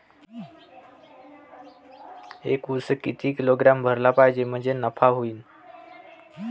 एक उस किती किलोग्रॅम भरला पाहिजे म्हणजे नफा होईन?